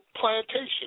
plantation